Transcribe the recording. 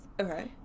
Okay